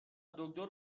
دکتر